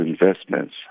investments